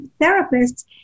Therapists